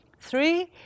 Three